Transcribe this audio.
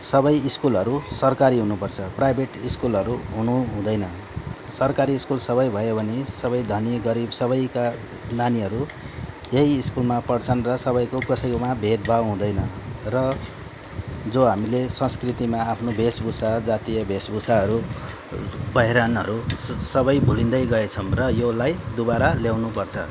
सबै स्कुलहरू सरकारी हुनुपर्छ प्राइभेट स्कुलहरू हुनुहुँदैन सरकारी स्कुल सबै भयो भने सबै धनी गरिब सबैका नानीहरू यही स्कुलमा पढ्छन् र सबैको कसैमा भेदभाव हुँदैन र जो हामीले संस्कृतिमा आफ्नो वेशभूषा जातिय वेशभूषाहरू पहिरनहरू स सबै भुलिँदै गएछौँ र यसलाई दुबारा ल्याउनुपर्छ